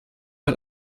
hat